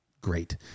great